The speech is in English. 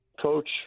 coach